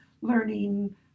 learning